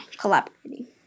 collaborating